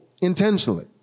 intentionally